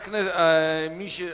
הצעות לסדר-היום שמספרן 2329 ו-2361.